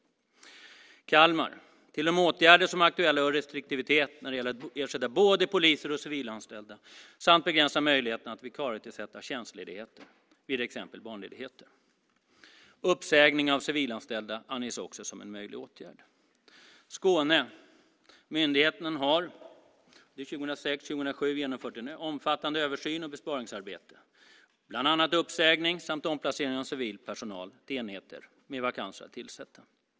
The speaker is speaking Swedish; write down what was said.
Kalmar: Till de åtgärder som är aktuella hör restriktivitet när det gäller att ersätta både poliser och civilanställda och begränsning av möjligheterna att vikarietillsätta tjänstledigheter vid exempelvis barnledigheter. Uppsägning av civilanställda anges också som en möjlig åtgärd. Skåne: Myndigheten har 2006/07 genomfört omfattande översyn och besparingsarbete, bland annat uppsägning samt omplacering av civil personal till enheter med vakanser att tillsätta.